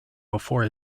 before